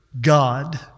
God